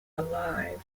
alive